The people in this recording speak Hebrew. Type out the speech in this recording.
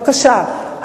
בבקשה,